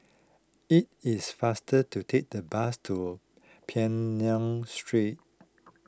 it is faster to take the bus to Peng Nguan Street